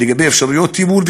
על אפשרויות טיפול,